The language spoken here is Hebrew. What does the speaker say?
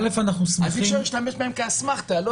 אז אי אפשר להשתמש בהם כאסמכתה.